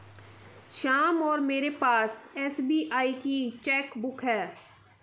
श्याम और मेरे पास एस.बी.आई की चैक बुक है